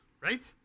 right